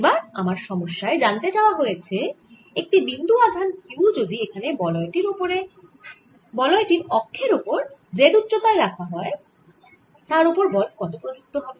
এবার আমার সমস্যায় জানতে চাওয়া হয়েছে একটি বিন্দু আধান q যদি এখানে বলয় টির অক্ষের ওপর z উচ্চতায় রাখা হয় তার ওপর বল কত প্রযুক্ত হবে